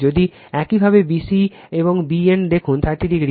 যদি একইভাবে bc এবং bn দেখুন 30 ডিগ্রি